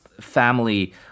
family